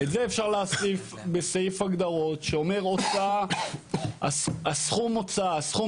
על זה אפשר להסכים בסעיף הגדרות שאומר: סכום ההוצאה וסכום